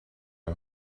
are